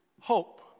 hope